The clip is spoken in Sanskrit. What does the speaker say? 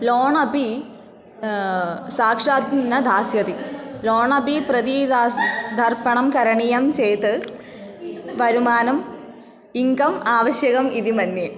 लोण् अपि साक्षात् न दास्यति लोनपि प्रदीदास् दर्पणं करणीयं चेत् वर्तमानम् इन्कम् आवश्यकम् इति मन्ये